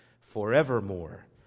forevermore